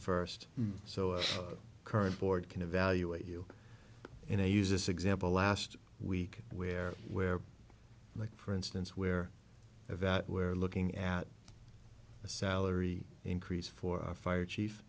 first so our current board can evaluate you in a use this example last week where where like for instance where that we're looking at a salary increase for our fire chief